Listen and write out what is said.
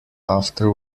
after